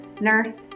nurse